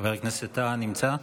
חבר הכנסת טאהא נמצא?